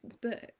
book